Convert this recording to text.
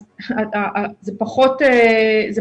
הוא